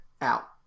out